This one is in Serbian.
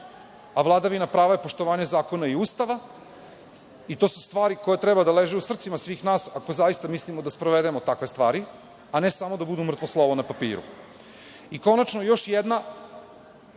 a vladavina prava je poštovanje zakona i Ustava i to su stvari koje treba da leže u srcima svih nas ako zaista mislimo da sprovedemo takve stvari, a ne samo da budu mrtvo slovo na papiru. Konačno, još jedna